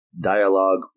dialogue